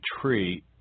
tree